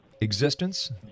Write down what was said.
existence